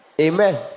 amen